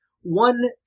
one